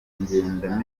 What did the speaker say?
ngenda